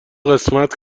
قسمت